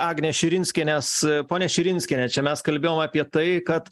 agnės širinskienės ponia širinskiene čia mes kalbėjom apie tai kad